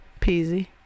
Peasy